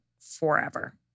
forever